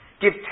Give